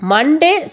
Monday